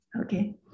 okay